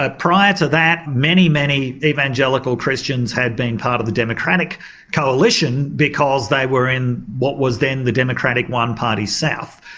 ah prior to that many many evangelical christians had been part of the democratic coalition because they were in what was then the democratic one-party south.